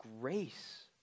grace